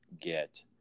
get